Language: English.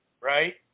right